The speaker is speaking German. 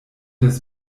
des